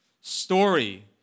story